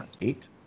Eight